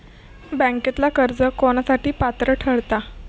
बँकेतला कर्ज कोणासाठी पात्र ठरता?